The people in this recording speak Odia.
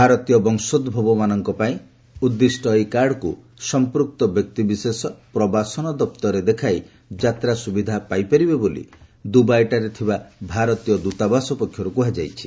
ଭାରତୀୟ ବଂଶୋଭବମାନଙ୍କ ପାଇଁ ଉଦ୍ଦିଷ୍ଟ ଏହି କାର୍ଡକୁ ସଂପୂକ୍ତ ବ୍ୟକ୍ତିବିଶେଷ ପ୍ରବାସନ ଦପ୍ତରରେ ଦେଖାଇ ଯାତ୍ରା ସୁବିଧା ପାଇପାରିବେ ବୋଲି ଦୁବାଇଠାରେ ଥିବା ଭାରତୀୟ ଦୂତାବାସ ପକ୍ଷରୁ କୁହାଯାଇଛି